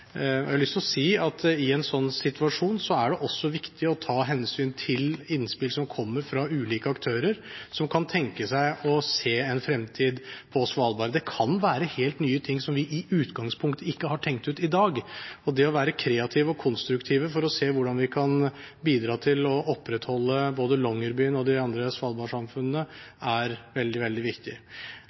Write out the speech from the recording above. Jeg har lyst til å si at i en sånn situasjon er det viktig å ta hensyn til innspill som kommer fra ulike aktører, som kan tenke seg en fremtid på Svalbard. Det kan være helt nye ting som vi i utgangspunktet ikke har tenkt ut i dag. Det å være kreativ og konstruktiv for å se hvordan vi kan bidra til å opprettholde både Longyearbyen og de andre svalbardsamfunnene, er veldig viktig. Og så er jeg veldig